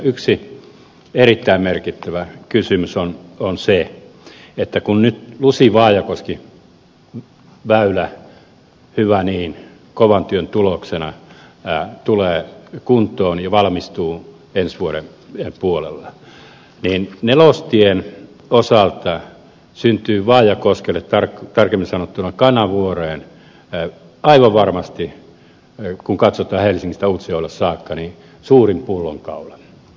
yksi erittäin merkittävä kysymys on se että kun nyt lusivaajakoski väylä hyvä niin kovan työn tuloksena tulee kuntoon ja valmistuu ensi vuoden puolella niin nelostien osalta syntyy vaajakoskelle tarkemmin sanottuna kanavuoreen aivan varmasti kun katsotaan helsingistä utsjoelle saakka suurin pullonkaula